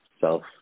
self